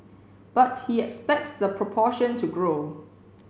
but he expects the proportion to grow